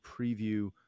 preview